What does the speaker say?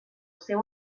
seu